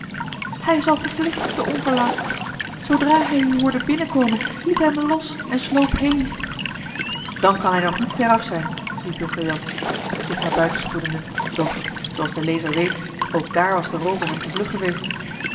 hij is al gevlucht de onverlaat zoodra hij u hoorde binnenkomen liet hij me los en sloop heen dan kan hij nog niet ver af zijn riep jonker jan zich naar buiten spoedende doch zooals de lezer weet ook daar was de roover hem te vlug geweest